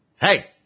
Hey